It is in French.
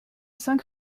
cinq